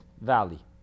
valley